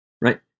right